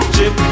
Chip